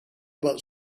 about